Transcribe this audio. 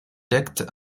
deckt